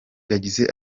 yagize